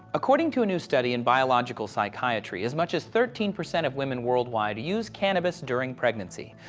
according to a new study in biological psychiatry, as much as thirteen percent of women worldwide use cannabis during pregnancy.